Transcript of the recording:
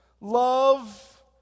Love